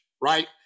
right